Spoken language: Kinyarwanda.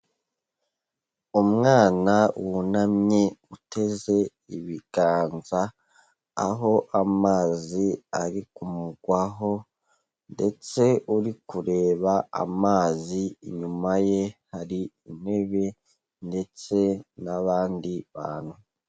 Umwana wunamye uteze ibiganza, aho amazi ari kumugwaho ndetse uri kureba amazi, inyuma ye hari intebe ndetse n'abandi bantu.